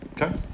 Okay